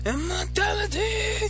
Immortality